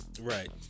Right